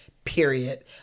period